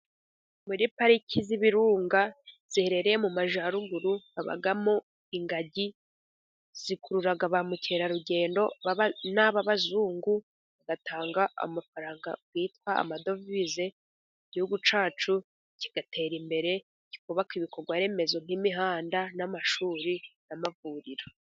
Muri pariki z'ibirunga ziherereye mu Majyaruguru, habamo ingagi zikurura ba mukerarugendo, n'ababazungu bagatanga amafaranga yitwa amadovize, igihugu cyacu kigatera imbere, kikubaka ibikorwaremezo by'imihanda n'amashuri n'amavuriro.